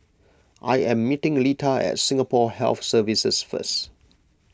I am meeting Lita at Singapore Health Services first